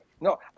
No